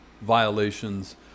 violations